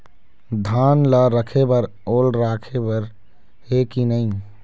धान ला रखे बर ओल राखे बर हे कि नई?